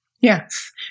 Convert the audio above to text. Yes